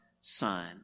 Son